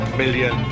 million